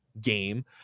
game